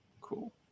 Cool